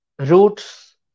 roots